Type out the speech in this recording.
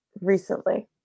recently